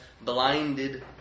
blinded